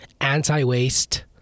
anti-waste